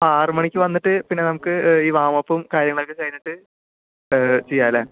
ആ ആറു മണിക്ക് വന്നിട്ട് പിന്നെ നമുക്ക് ഈ വാമപ്പും കാര്യങ്ങളൊക്കെ കഴിഞ്ഞിട്ട് ചെയ്യാമല്ലേ